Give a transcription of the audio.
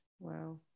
Wow